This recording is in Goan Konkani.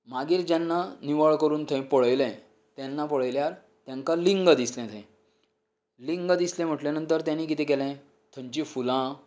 मागीर जेन्ना निवळ करून थंय पळयले तेन्ना पळयल्यार तेंका लिंग दिसले थंय लिंग दिसलें म्हटले नंतर तेणे कितें केले थंयची फुलां